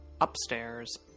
upstairs